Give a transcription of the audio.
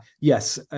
yes